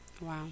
Wow